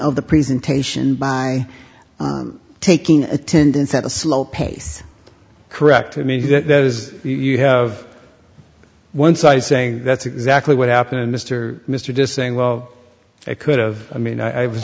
of the presentation by taking attendance at a slow pace correct i mean that is you have one side saying that's exactly what happened mr mr just saying well it could have i mean i was